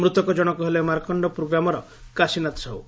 ମୃତକ ଜଣକ ହେଲେ ମାର୍କଣ୍ଡପୁର ଗ୍ରାମର କାଶୀନାଥ ସାହୁ